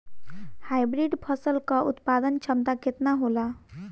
Hybrid फसल क उत्पादन क्षमता केतना होला?